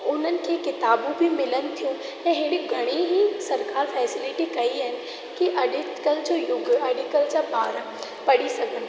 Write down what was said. उन्हनि खे किताबूं बि मिलनि थियूं ऐं अहिड़ी घणे ई सरकार फेसेलिटी कई आहिनि की अॼु कल्ह जो युगु अॼु कल्ह जा ॿार पढ़ी सघनि